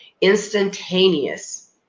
instantaneous